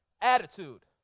attitude